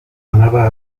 anava